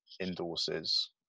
endorses